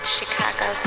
Chicago